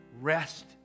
Rest